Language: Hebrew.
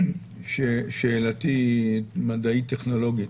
שאלתי היא מדעית טכנולוגית,